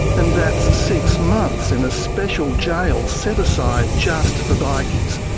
and that's six months in a special jail set aside just for bikies,